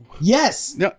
Yes